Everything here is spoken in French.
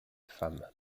femmes